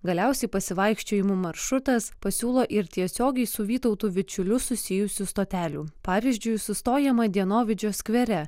galiausiai pasivaikščiojimų maršrutas pasiūlo ir tiesiogiai su vytautu vičiuliu susijusių stotelių pavyzdžiui sustojama dienovidžio skvere